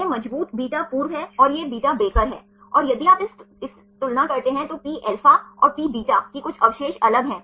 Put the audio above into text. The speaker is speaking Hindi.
पेप्टाइड बॉन्ड में आंशिक डबल बॉन्ड वर्ण होता है